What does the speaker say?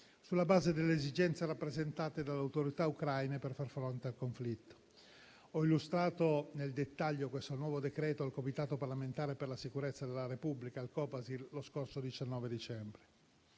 sulla base delle esigenze rappresentate dalle autorità ucraine per far fronte al conflitto. Ho illustrato nel dettaglio questo nuovo decreto al Comitato parlamentare per la sicurezza della Repubblica (Copasir), lo scorso 19 dicembre.